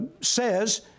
says